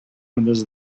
windows